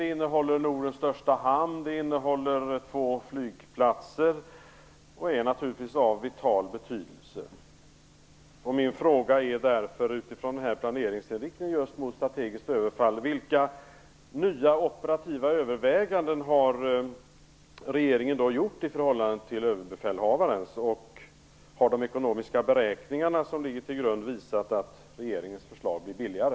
Det innehåller Nordens största hamn och två flygplatser, vilket är av vital betydelse. Med tanke på planeringsinriktningen mot strategiskt överfall vill jag fråga: Vilka nya operativa överväganden har regeringen gjort i förhållande till Överbefälhavaren? Har de ekonomiska beräkningarna visat att regeringens förslag blir billigare?